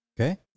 Okay